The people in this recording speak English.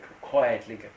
quietly